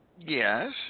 Yes